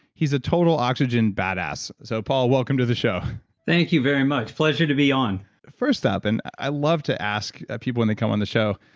he's total oxygen bad ass. so paul, welcome to the show thank you very much, pleasure to be on first up, and i love to ask people when they come on the show,